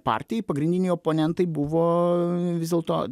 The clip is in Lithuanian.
partijai pagrindiniai oponentai buvo vis dėlto